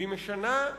והיא משנה,